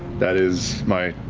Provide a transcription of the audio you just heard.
that is my.